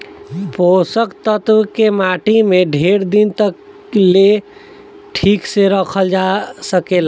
पोषक तत्व के माटी में ढेर दिन तक ले ठीक से रखल जा सकेला